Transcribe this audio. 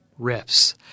riffs